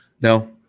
No